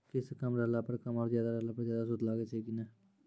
किस्त कम रहला पर कम और ज्यादा रहला पर ज्यादा सूद लागै छै कि नैय?